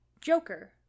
Joker